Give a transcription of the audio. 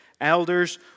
elders